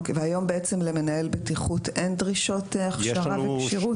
והיום בעצם למנהל בטיחות אין דרישות הכשרה וכשירות?